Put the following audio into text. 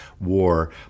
war